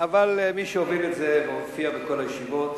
מי שהוביל את זה והופיע בכל הישיבות,